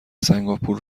سنگاپور